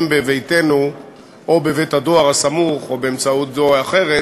בביתנו או בבית-הדואר או בדרך אחרת,